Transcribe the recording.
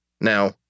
Now